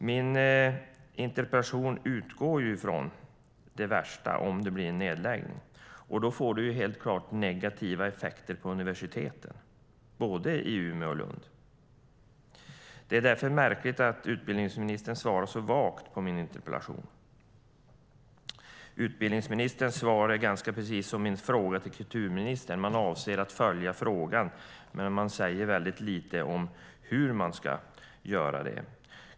Min interpellation utgår ifrån det värsta. Om det blir en nedläggning får det helt klart negativa effekter på universiteten, både i Umeå och i Lund. Det är därför märkligt att utbildningsministern svarar så vagt på min interpellation. Utbildningsministerns svar är väldigt likt svaret på min fråga till kulturministern nämligen att man avser att följa frågan, men man säger väldigt lite om hur man ska göra det.